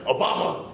Obama